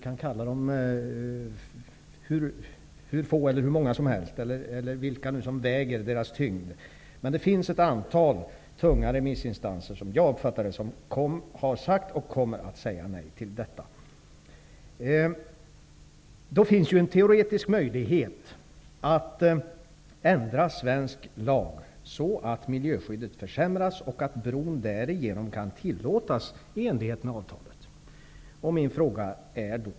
Det finns ett antal remissinstanser, som i varje fall jag uppfattar som tunga, som har sagt och kommer att säga nej till detta. Det finns då en teoretisk möjlighet att ändra svensk lag så att miljöskyddet försämras. Därigenom kan en bro tillåtas i enlighet med avtalet.